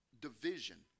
division